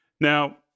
Now